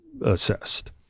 assessed